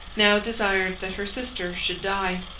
now desired that her sister should die.